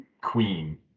queen